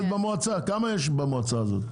כמה חברים יש במועצה הזאת?